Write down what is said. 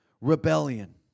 Rebellion